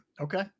Okay